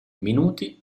minuti